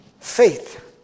Faith